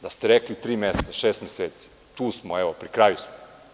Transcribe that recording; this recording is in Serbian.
Da ste rekli tri meseca, šest meseci, tu smo evo, pri kraju smo.